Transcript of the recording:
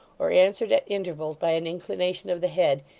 or answered at intervals by an inclination of the head,